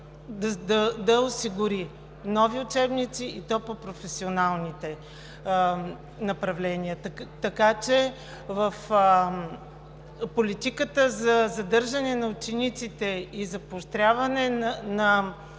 да осигури – нови учебници, и то по професионалните направления. Така че политиката за задържане на учениците и за поощряване на